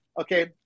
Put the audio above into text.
Okay